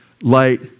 Light